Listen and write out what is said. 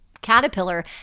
caterpillar